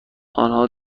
آنها